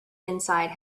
inside